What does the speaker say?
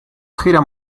gira